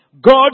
God